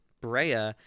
Brea